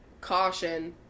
Caution